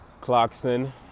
Clarkson